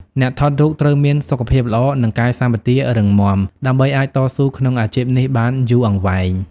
អ្នកថតរូបត្រូវមានសុខភាពល្អ និងកាយសម្បទារឹងមាំ ដើម្បីអាចតស៊ូក្នុងអាជីពនេះបានយូរអង្វែង។